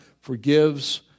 forgives